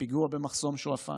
פיגוע במחסום שועפאט.